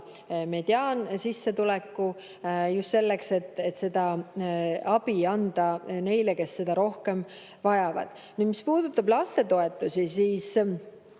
mediaansissetuleku, just selleks, et seda abi anda neile, kes seda rohkem vajavad. Nüüd, mis puudutab lastetoetusi, siis